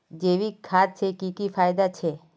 जैविक खाद से की की फायदा छे?